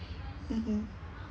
mmhmm